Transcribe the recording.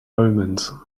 omens